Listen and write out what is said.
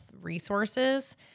resources